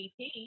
EP